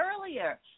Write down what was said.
earlier